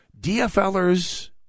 DFLers